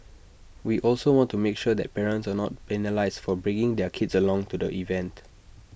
we also want to make sure that parents are not penalised for bringing their kids along to the event